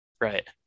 Right